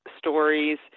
stories